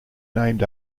named